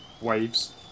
Waves